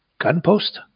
Gunpost